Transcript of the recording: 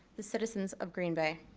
the citizens of green bay.